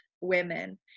women